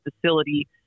facility